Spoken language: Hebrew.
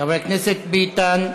חבר הכנסת ביטן,